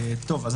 בבקשה.